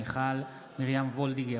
מיכל מרים וולדיגר,